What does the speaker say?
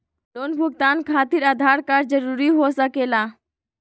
Loan भुगतान खातिर Aadhaar card जरूरी हो सके ला?